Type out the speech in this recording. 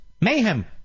mayhem